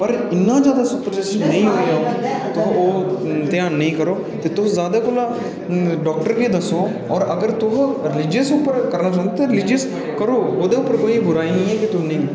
पर इ'न्ना जादा सुपरस्टिशन नेईं होना चाहिदा तो ओह् ध्यान नेईं करो ते तुस ज़ादा कोला डाक्टर गी दस्सो होर अगर तुस रीलीजियस ओह् पर रीलीजन पर करो ओह्दे पर कोई बुराई नेईं ऐ की तुस नेईं करो